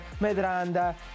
Medranda